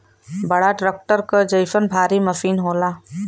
बड़ा ट्रक्टर क जइसन भारी मसीन होला